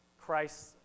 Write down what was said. Christ